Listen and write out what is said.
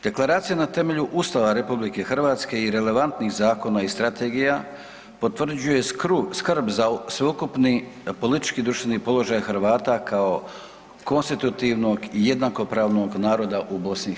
Deklaracija na temelju Ustava RH i relevantnih zakona i strategija potvrđuje skrb za sveukupni politički i društveni položaj Hrvata kao konstitutivnog i jednakopravnog naroda u BiH.